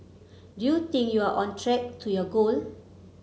do you think you're on track to your goal